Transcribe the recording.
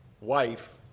wife